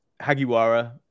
Hagiwara